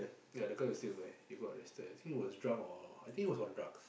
ya the guy was still there he got arrested I think he was drunk or I think he was on drugs